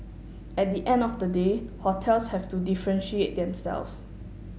at the end of the day hotels have to differentiate themselves